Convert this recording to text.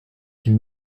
qu’il